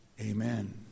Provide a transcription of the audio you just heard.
amen